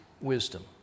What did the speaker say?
wisdom